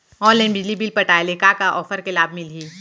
Online बिजली bill पटाय ले का का ऑफ़र के लाभ मिलही?